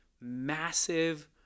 massive